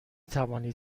توانید